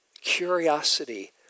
Curiosity